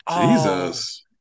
Jesus